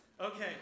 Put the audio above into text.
Okay